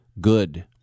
good